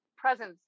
presence